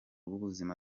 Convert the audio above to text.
w’ubuzima